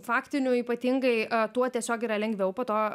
faktinių ypatingai tuo tiesiog yra lengviau po to